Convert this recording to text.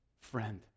friend